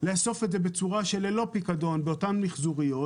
לאסוף את זה ללא פיקדון באותן מיחזוריות,